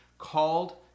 called